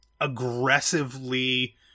aggressively